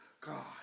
God